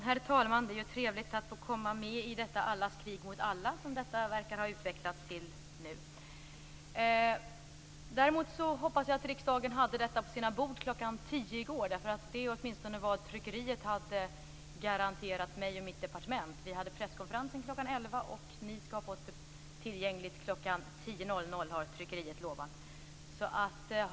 Herr talman! Det är trevligt att få komma med i detta allas krig mot alla, som det här nu verkar ha utvecklats till. Jag hoppas att riksdagen hade detta på sina bord kl. 10.00 i går. Det är åtminstone vad tryckeriet garanterat mig och mitt departement. Vi hade presskonferens kl. 11.00, och ni skulle ha haft detta tillgängligt kl. 10.00. Det är alltså vad tryckeriet har lovat.